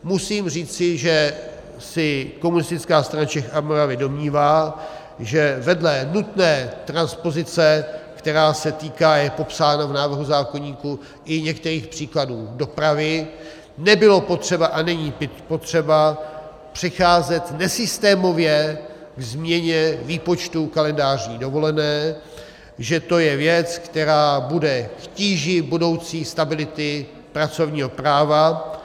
Musím říci, že se Komunistická strana Čech a Moravy domnívá, že vedle nutné transpozice, která se týká a je popsána v návrhu zákoníku i některých příkladů dopravy, nebylo potřeba a není potřeba přecházet nesystémově ke změně výpočtu kalendářní dovolené, že to je věc, která bude k tíži budoucí stability pracovního práva.